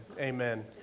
Amen